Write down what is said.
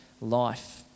life